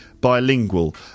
bilingual